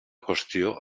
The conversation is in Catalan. qüestió